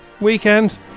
weekend